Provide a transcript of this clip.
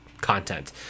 content